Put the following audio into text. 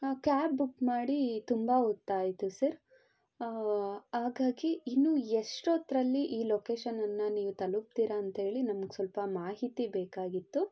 ನಾವು cab book ಮಾಡಿ ತುಂಬ ಹೊತ್ತಾಯ್ತು ಸರ್ ಹಾಗಾಗಿ ಇನ್ನೂ ಎಷ್ಟೊತ್ತಲ್ಲಿ ಈ ಲೊಕೇಶನನ್ನು ನೀವು ತಲುಪ್ತಿರಾ ಅಂತ್ಹೇಳಿ ನನಗೆ ಸ್ವಲ್ಪ ಮಾಹಿತಿ ಬೇಕಾಗಿತ್ತು